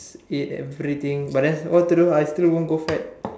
eat everything but then what to do I still wouldn't grow fat